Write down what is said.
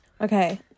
Okay